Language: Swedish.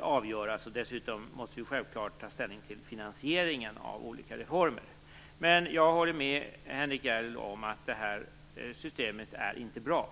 avgöras. Dessutom måste vi självklart ta ställning till finansieringen av olika reformer. Jag håller med Henrik Järrel om att systemet inte är bra.